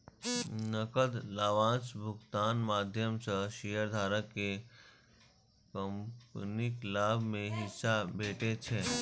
नकद लाभांश भुगतानक माध्यम सं शेयरधारक कें कंपनीक लाभ मे हिस्सा भेटै छै